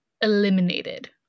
eliminated